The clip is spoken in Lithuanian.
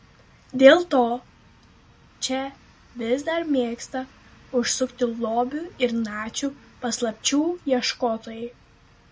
dėl to čia vis dar mėgsta užsukti lobių ir nacių paslapčių ieškotojai